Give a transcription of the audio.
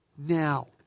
Now